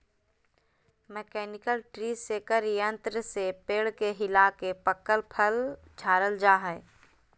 mechanical tree shaker यंत्र से पेड़ के हिलाके पकल फल झारल जा हय